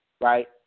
right